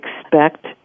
expect